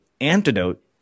antidote